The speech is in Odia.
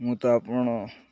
ମୁଁ ତ ଆପଣ